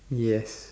yes